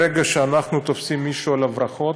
ברגע שאנחנו תופסים מישהו על הברחות,